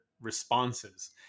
responses